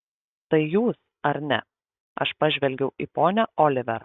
tai jūs ar ne aš pažvelgiau į ponią oliver